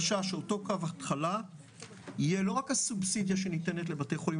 שר האוצר, בהסכמת שר הבריאות, יקבע תקנות בעניינים